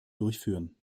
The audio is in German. durchführen